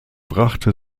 brachte